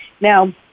Now